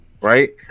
right